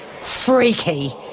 freaky